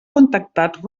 contactat